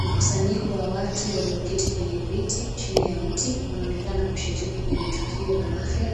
Mkusanyiko wa watu walioketi kwenye viti chini ya mti wanaonekana kushiriki kwenye tukio la afya.